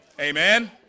Amen